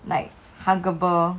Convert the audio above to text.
like huggable